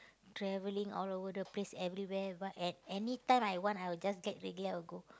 travelling all over the place everywhere what at anytime I want I will just get ready I will go